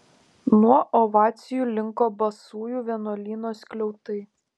nuo ovacijų linko basųjų vienuolyno skliautai